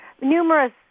numerous